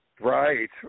Right